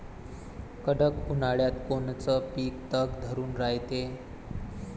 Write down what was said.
कडक उन्हाळ्यात कोनचं पिकं तग धरून रायते?